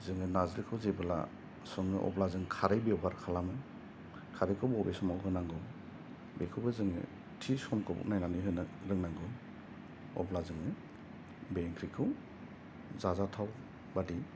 जों नार्जि खौ जेब्ला सङो अब्ला जों खारै बेबहार खालामो खारै खौ बबे समाव होनांगौ बिखौ बो जोङो थि समखौ नायनानै होनो रोंनांगौ अब्ला जोङो बे ओंख्रिखौ जानाथाव बादि